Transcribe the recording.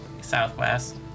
Southwest